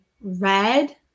red